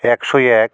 একশো এক